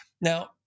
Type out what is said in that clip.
Now